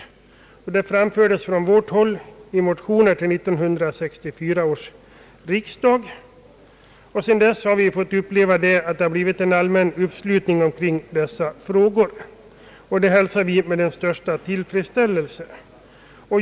Samma yrkande framfördes från vårt håll i motion till 1964 års riksdag. Sedan dess har vi fått uppleva att det blivit en allmän uppslutning kring dessa frågor, och det hälsar vi med största tillfredsställelse.